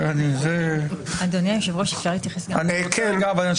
זה רגע פטרנליסטי,